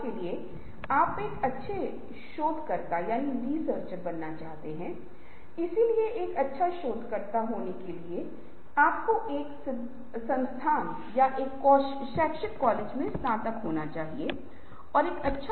फिर बाद में सभी विचारों को जोड़ा जा सकता है और कुछ प्रभावी विचार उनके हो सकते हैं जो फिर से धारणा से कार्यान्वयन के अंतिम चरण तक जा सकते हैं